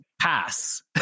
pass